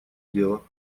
дело